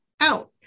out